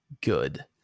good